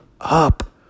up